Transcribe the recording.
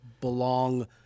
belong